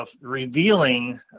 revealing